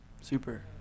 Super